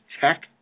tech